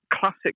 Classic